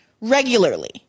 Regularly